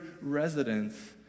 residents